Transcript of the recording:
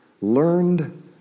learned